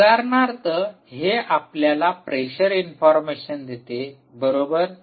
उदाहरणार्थ हे आपल्याला प्रेशर इन्फॉर्मशन देते बरोबर